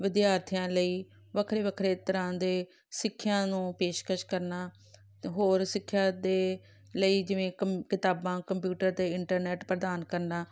ਵਿਦਿਆਰਥੀਆਂ ਲਈ ਵੱਖਰੇ ਵੱਖਰੇ ਤਰ੍ਹਾਂ ਦੇ ਸਿੱਖਿਆ ਨੂੰ ਪੇਸ਼ਕਸ਼ ਕਰਨਾ ਅਤੇ ਹੋਰ ਸਿੱਖਿਆ ਦੇ ਲਈ ਜਿਵੇਂ ਕੰ ਕਿਤਾਬਾਂ ਕੰਪਿਊਟਰ ਅਤੇ ਇੰਟਰਨੈਟ ਪ੍ਰਦਾਨ ਕਰਨਾ